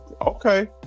Okay